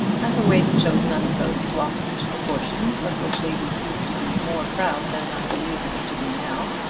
and her waist showed none of those waspish proportions of which ladies used to be more proud than i believe them to be now,